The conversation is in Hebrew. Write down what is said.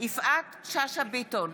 יפעת שאשא ביטון,